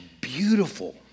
beautiful